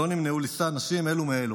לא נמנעו לישא נשים אלו מאלו.